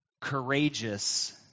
courageous